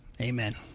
amen